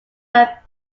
that